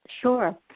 Sure